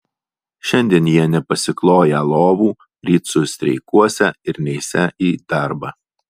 šiandien jie nepasikloją lovų ryt sustreikuosią ir neisią į darbą